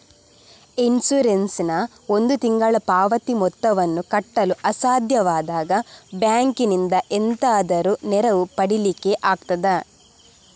Insurance ನ ಒಂದು ತಿಂಗಳ ಪಾವತಿ ಮೊತ್ತವನ್ನು ಕಟ್ಟಲು ಅಸಾಧ್ಯವಾದಾಗ ಬ್ಯಾಂಕಿನಿಂದ ಎಂತಾದರೂ ನೆರವು ಪಡಿಲಿಕ್ಕೆ ಆಗ್ತದಾ?